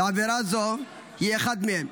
עבירה זו היא אחת מהם.